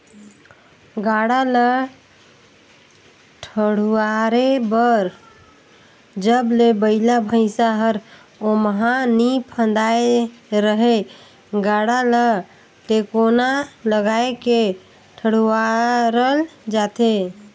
गाड़ा ल ठडुवारे बर जब ले बइला भइसा हर ओमहा नी फदाय रहेए गाड़ा ल टेकोना लगाय के ठडुवारल जाथे